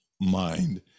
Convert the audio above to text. mind